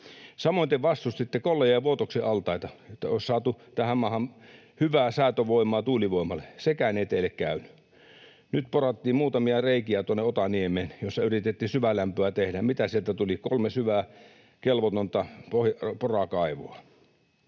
Samoin te vastustitte Kollajan ja Vuotoksen altaita, joista olisi saatu tähän maahan hyvää säätövoimaa tuulivoimalle. Sekään ei teille käynyt. Nyt porattiin tuonne Otaniemeen muutamia reikiä, joissa yritettiin syvälämpöä tehdä. Mitä sieltä tuli? Kolme syvää, kelvotonta porakaivoa.